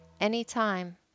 anytime